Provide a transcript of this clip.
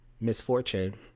misfortune